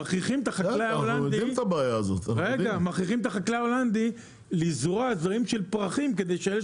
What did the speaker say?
מכריחים את החקלאי ההולנדי לזרוע זרעים של פרחים כדי שאלה